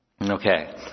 Okay